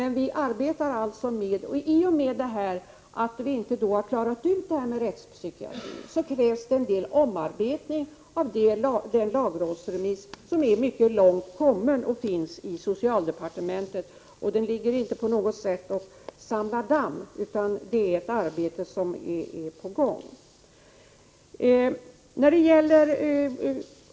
I och med att frågan om rättspsykiatrin inte klarats ut, krävs det en del omarbetning av lagrådsremissen, som är mycket långt kommen och ligger hos socialdepartementet. Den samlar inte på något sätt damm, utan det är ett arbete som är i gång.